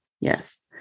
Yes